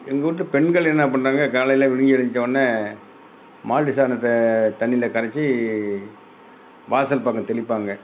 எங்கள் வீட்டு பெண்கள் என்ன பண்ணுறாங்க காலையில் விடிஞ்சி எழுந்திரிச்சவோன்னே மாட்டு சாணத்தை தண்ணியில் கரைத்து வாசல் பக்கம் தெளிப்பாங்க